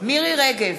מירי רגב,